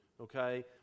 okay